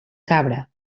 cabra